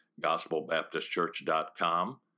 gospelbaptistchurch.com